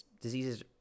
Diseases